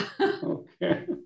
Okay